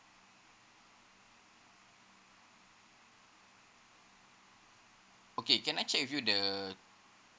okay can I check with you the